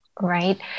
Right